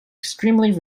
extremely